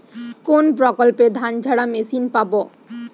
কোনপ্রকল্পে ধানঝাড়া মেশিন পাব?